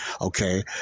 okay